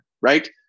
right